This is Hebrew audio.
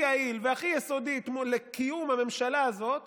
יעיל והכי יסודי אתמול לקיום הממשלה הזאת,